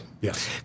yes